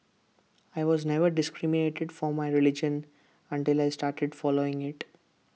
I was never discriminated for my religion until I started following IT